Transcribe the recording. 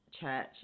church